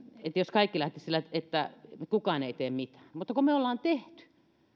kaikki lähtisivät siitä että kukaan ei tee mitään mutta kun me ollaan tehty